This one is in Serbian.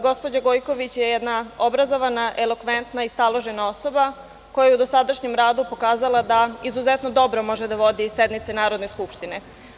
Gospođa Gojković je jedna obrazovana, elokventna i staložena osoba koja je u dosadašnjem radu pokazala da izuzetno dobro može da vodi sednice Narodne skupštine.